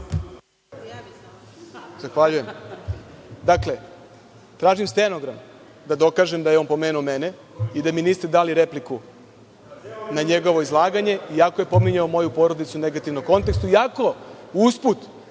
Zahvaljujem. Dakle, tražim stenogram da dokažem da je on pomenuo mene i da mi niste dali repliku na njegovo izlaganje, iako je pominjao moju porodicu u negativnom kontekstu, iako usput